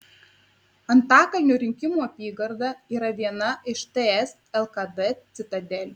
antakalnio rinkimų apygarda yra viena iš ts lkd citadelių